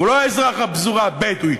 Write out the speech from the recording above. הוא לא "אזרח הפזורה הבדואית",